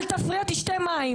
אל תפריע, תשתה מים.